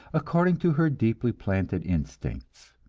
according to her deeply planted instincts.